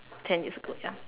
ten years ago ya